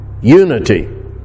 unity